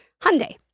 Hyundai